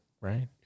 right